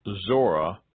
Zora